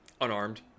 Unarmed